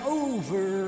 over